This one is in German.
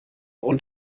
und